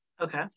Okay